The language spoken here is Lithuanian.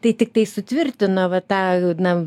tai tiktai sutvirtino va tą na